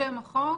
כשיש כלי אחרים